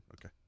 Okay